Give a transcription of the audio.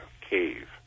Cave